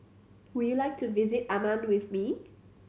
would you like to visit Amman with me